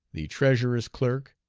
the treasurer's clerk,